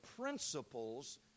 principles